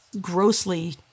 grossly